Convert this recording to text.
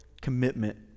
commitment